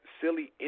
silly